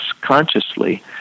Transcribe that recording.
consciously